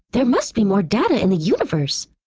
there must be more data in the universe.